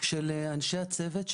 של אנשי הצוות,